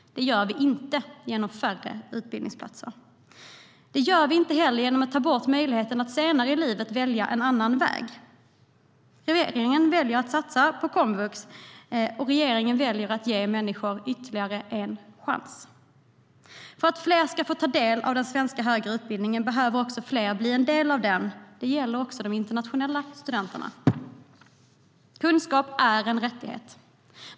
Det gör vi inte genom färre utbildningsplatser. Det gör vi inte heller genom att ta bort möjligheten att senare i livet välja en annan väg. Regeringen väljer att satsa på komvux och att ge människor ytterligare en chans. För att fler ska få ta del av den svenska högre utbildningen behöver fler bli en del av den. Det gäller också de internationella studenterna. Kunskap är en rättighet.